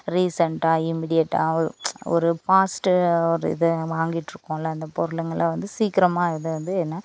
ரீசண்ட்டாக இமீடியட்டாக ஒரு ஒரு பாஸ்ட்டு ஒரு இது வாங்கிட்டுருக்கோம்ல அந்த பொருளுங்களெலாம் வந்து சீக்கிரமாக இது வந்து என்ன